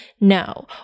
no